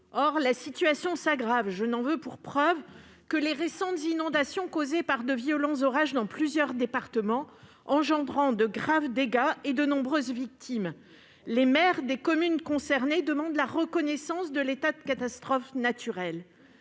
Or la situation s'aggrave : je n'en veux pour preuve que les récentes inondations causées par de violents orages dans plusieurs départements, engendrant de graves dégâts et de nombreuses victimes. Les maires des communes concernées demandent la reconnaissance de l'état de catastrophe naturelle.